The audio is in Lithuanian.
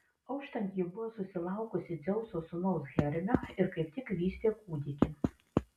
auštant ji buvo susilaukusi dzeuso sūnaus hermio ir kaip tik vystė kūdikį